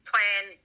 plan